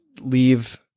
leave